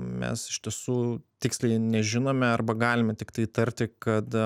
mes iš tiesų tiksliai nežinome arba galime tiktai tarti kad